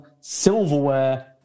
silverware